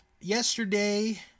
Yesterday